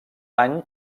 any